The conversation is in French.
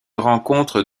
rencontre